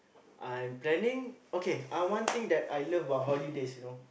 I'm planning okay uh one thing that I love about holidays you know